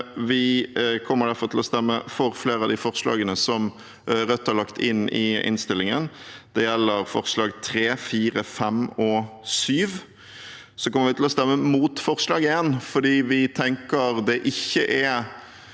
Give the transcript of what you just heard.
Vi kommer derfor til å stemme for flere av de forslagene som Rødt har lagt inn i innstillingen. Det gjelder forslagene nr. 3, 4, 5 og 7. Så kommer vi til å stemme imot forslag nr. 1 fordi vi tenker det ikke er